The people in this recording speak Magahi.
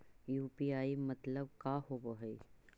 यु.पी.आई मतलब का होब हइ?